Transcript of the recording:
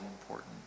important